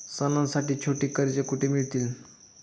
सणांसाठी छोटी कर्जे कुठे मिळतील?